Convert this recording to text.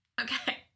Okay